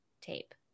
tape